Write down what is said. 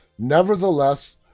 Nevertheless